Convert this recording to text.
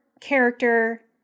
character